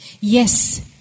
Yes